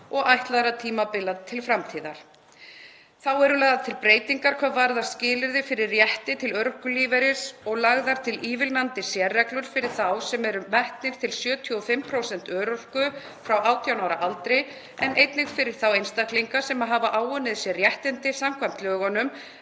og ætlaðra tímabila til framtíðar. Þá eru lagðar til breytingar hvað varðar skilyrði fyrir rétti til örorkulífeyris og lagðar til ívilnandi sérreglur fyrir þá sem eru metnir til 75% örorku frá 18 ára aldri, en einnig fyrir þá einstaklinga sem hafa áunnið sér réttindi samkvæmt lögunum